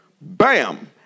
Bam